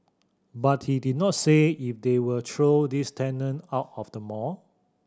but he did not say if they will throw these tenant out of the mall